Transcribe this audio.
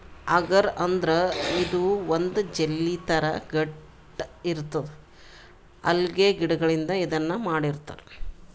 ಅಗರ್ ಅಂದ್ರ ಇದು ಒಂದ್ ಜೆಲ್ಲಿ ಥರಾ ಗಟ್ಟ್ ಇರ್ತದ್ ಅಲ್ಗೆ ಗಿಡಗಳಿಂದ್ ಇದನ್ನ್ ಮಾಡಿರ್ತರ್